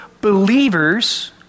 believers